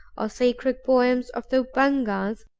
or sacred poems of the up-angas,